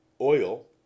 Oil